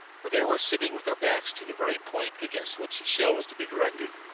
for they were sitting with their backs to the very point against which the shell was to be directed.